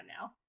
now